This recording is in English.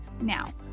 Now